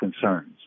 concerns